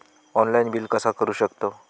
Online bill कसा करु शकतव?